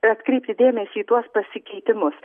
atkreipti dėmesį į tuos pasikeitimus